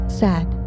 sad